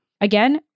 Again